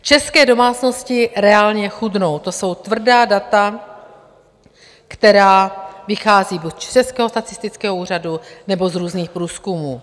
České domácnosti reálně chudnou, to jsou tvrdá data, která vycházejí buď z Českého statistického úřadu, nebo z různých průzkumů.